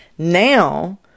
Now